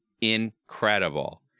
incredible